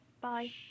Bye